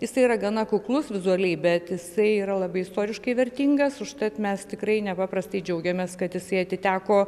jisai yra gana kuklus vizualiai bet jisai yra labai istoriškai vertingas užtat mes tikrai nepaprastai džiaugiamės kad jisai atiteko